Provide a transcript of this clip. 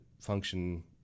function